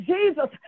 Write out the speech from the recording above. Jesus